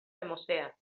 hermosea